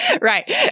Right